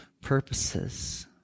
purposes